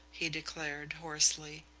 he declared hoarsely.